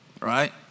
Right